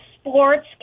sports